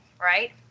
right